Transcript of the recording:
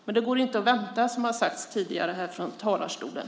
Men det går inte att vänta, vilket har sagts här tidigare från talarstolen.